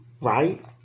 right